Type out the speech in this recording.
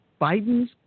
Bidens